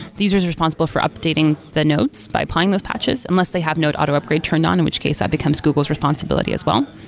these are responsible for updating the nodes by applying those patches, unless they have node auto-upgrade turned on, in which case, that becomes google's responsibility as well.